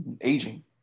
Aging